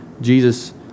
Jesus